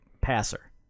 passer